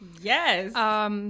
Yes